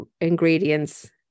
ingredients